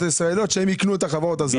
הישראליות שהם יקנו את החברות הזרות.